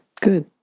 Good